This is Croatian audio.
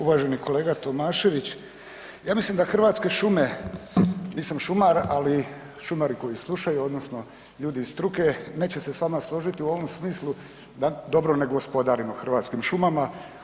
Uvaženi kolega Tomašević, ja mislim da Hrvatske šume, nisam šumar, ali šumari koji slušaju odnosno ljudi iz struke neće se sa mnom složiti u ovom smislu da dobro ne gospodarimo Hrvatskim šumama.